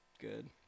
good